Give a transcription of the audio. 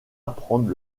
apprendre